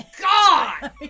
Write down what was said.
God